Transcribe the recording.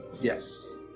Yes